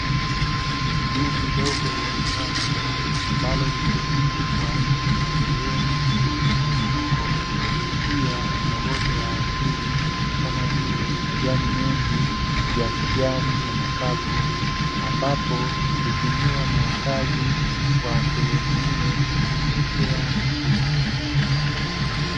Dimbwi dogo lenye maji, ambalo limezungukwa na sehemu yenye miinuko pia kuna uoto wa asili, kama vile; majani mengi ya kijani na makavu, ambapo hutumiwa na wakazi wa sehemu hiyo kunyweshea mifugo.